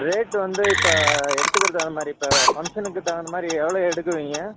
rate வந்து இப்போ எடுத்துக்கிறது அதுமாதிரி இப்போ ஃபங்ஷனுக்கு தகுந்தமாதிரி எவ்வளோ எடுக்குவீங்க